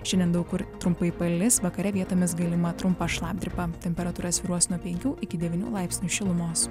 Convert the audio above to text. šiandien daug kur trumpai palis vakare vietomis galima trumpa šlapdriba temperatūra svyruos nuo penkių iki devynių laipsnių šilumos